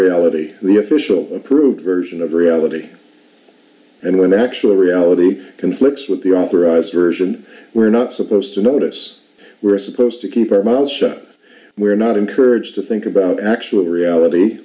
reality the official approved version of reality and when actual reality conflicts with the authorized version we're not supposed to notice we're supposed to keep our mouths shut we're not encouraged to think about actual reality